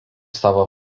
savo